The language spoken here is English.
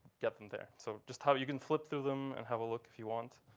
get them there. so just how you can flip through them and have a look if you want.